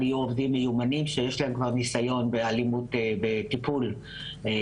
יהיו עובדים מיומנים שיש להם כבר ניסיון בטיפול באלימות